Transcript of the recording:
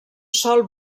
sol